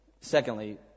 Secondly